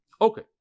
Okay